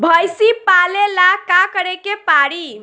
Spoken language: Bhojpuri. भइसी पालेला का करे के पारी?